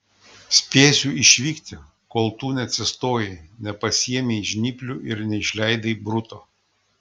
spėsiu išvykti kol tu neatsistojai nepasiėmei žnyplių ir neišleidai bruto